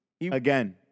Again